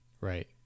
Right